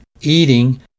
eating